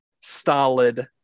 stolid